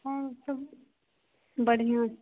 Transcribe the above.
आओर सब बढ़िआँ